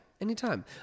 Anytime